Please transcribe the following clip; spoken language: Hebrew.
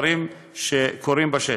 אני מדבר על דברים שקורים בשטח.